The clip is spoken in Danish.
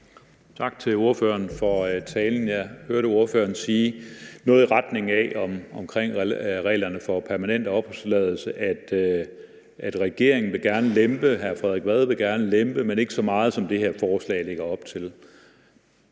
Tak til ordføreren for talen. Jeg hørte ordføreren sige noget i retning af om reglerne for permanent opholdstilladelse, at regeringen gerne vil lempe, hr. Frederik Vad vil gerne lempe, men ikke så meget, som det her forslag lægger op til.